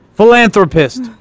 philanthropist